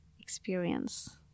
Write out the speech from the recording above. experience